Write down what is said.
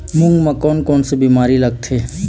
मूंग म कोन कोन से बीमारी लगथे?